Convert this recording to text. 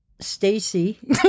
Stacy